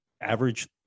average